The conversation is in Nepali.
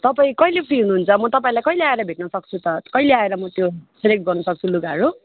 तपाईँ कहिले फ्री हुनुहुन्छ म तपाईँलाई कहिले आएर भेट्नसक्छु त कहिले आएर म त्यो सेलेक्ट गर्नुसक्छु लुगाहरू